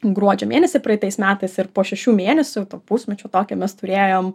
gruodžio mėnesį praeitais metais ir po šešių mėnesių pusmečio tokio mes turėjom